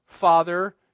father